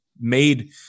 made